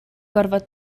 gorfod